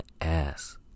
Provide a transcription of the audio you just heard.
ass